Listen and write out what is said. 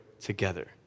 together